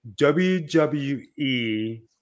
WWE